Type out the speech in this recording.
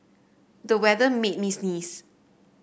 the weather made me sneeze